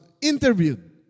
interviewed